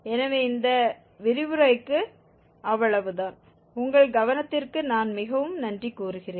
எனவே இந்த விரிவுரைக்கு அவ்வளவுதான் உங்கள் கவனத்திற்கு நான் மிகவும் நன்றி கூறுகிறேன்